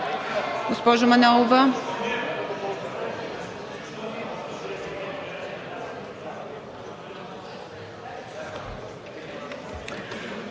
Госпожо Манолова.